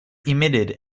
emitted